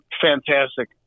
fantastic